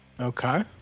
Okay